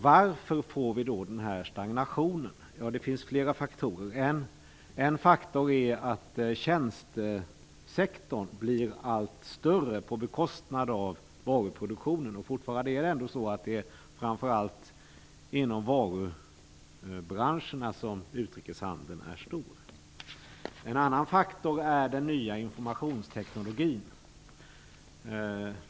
Varför får vi denna stagnation? Det finns flera faktorer. En faktor är att tjänstesektorn blir allt större på bekostnad av varuproduktionen. Fortfarande är det framför allt inom varubranscherna som utrikeshandeln är stor. En annan faktor är den nya informationsteknologin.